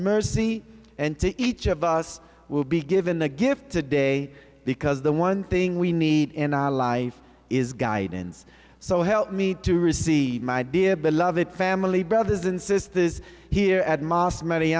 mercy and to each of us will be given the gift to day because the one thing we need in our life is guidance so help me to receive my dear beloved family brothers and sisters here at m